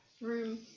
Room